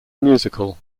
musical